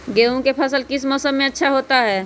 गेंहू का फसल किस मौसम में अच्छा होता है?